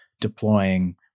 deploying